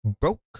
Broke